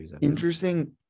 Interesting